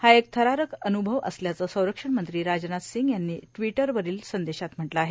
हा एक थरारक अबुभव असल्याचं संरक्षण मंत्री राजनाथ सिंग यांनी ट्विटर वरील संदेशात म्हटलं आहे